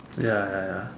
ya ya ya